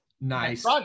nice